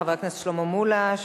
חבר הכנסת שלמה מולה,